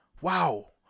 Wow